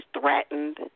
threatened